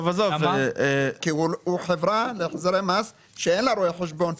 כי הוא חברה להחזרי מס שאין לה רואה חשבון.